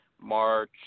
March